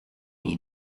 die